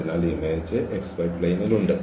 അതിനാൽ image xy പ്ലെയിനിൽ ഉണ്ട്